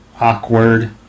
Awkward